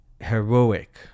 heroic